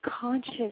conscious